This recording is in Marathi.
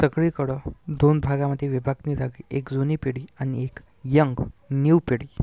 सगळीकडं दोन भागामध्ये विभागणी झाली एक जुनी पिढी आणि एक यंग न्यू पिढी